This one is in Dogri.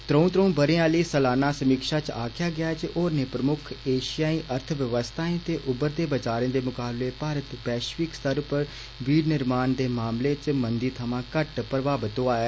त्रंऊ त्रंऊ बरे आहली सलाना समीक्षा च आक्खेआ गेआ होरनें प्रमुक्ख ऐषियाई अर्थ व्यवस्थाएं ते उभरदे बजारें दे मुकाबले भारत वैष्विक स्तर पर विनिर्माण दे मामले च मंदी थमां घट्ट प्रभावित होआ ऐ